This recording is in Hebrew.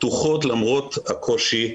פתוחות למרות הקושי,